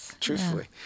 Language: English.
truthfully